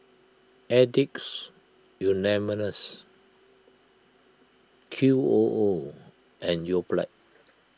Addicts Anonymous Q O O and Yoplait